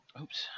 oops